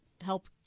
help